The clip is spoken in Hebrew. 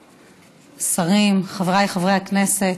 שרים, חבריי חברי הכנסת,